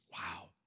Wow